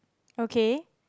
okay